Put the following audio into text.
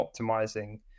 optimizing